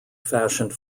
fashioned